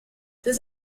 this